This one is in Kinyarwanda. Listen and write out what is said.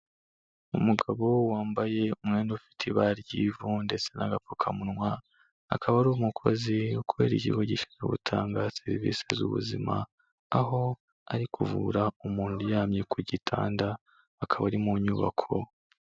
Umugabo wambaye umwenda ufite ibara ry'ivu ndetse n'agapfukamunwa, akaba ari umukozi kubera ikigo gishinzwe gutanga serivisi z'ubuzima, aho ari kuvura umuntu uryamye ku gitanda, akaba ari mu nyubako.